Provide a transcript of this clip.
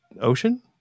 ocean